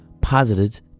posited